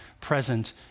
present